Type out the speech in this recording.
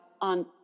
on